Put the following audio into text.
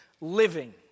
living